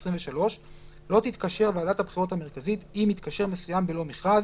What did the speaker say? העשרים ושלוש לא תתקשר ועדת הבחירות המרכזית עם מתקשר מסוים בלא מכרז